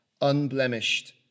unblemished